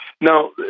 Now